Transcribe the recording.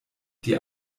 die